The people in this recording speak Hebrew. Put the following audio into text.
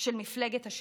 של מפלגת השלטון.